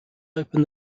open